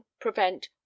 prevent